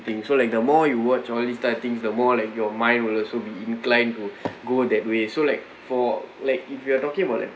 so like the more you watch all these type things the more like your mind will also be inclined to go that way so like for like if you are talking about like